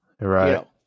right